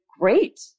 great